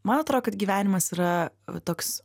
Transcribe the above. man atrodo kad gyvenimas yra toks